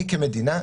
אני כמדינה,